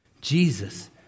Jesus